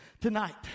tonight